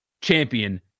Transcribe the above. champion